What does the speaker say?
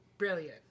brilliant